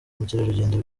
mukerarugendo